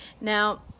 now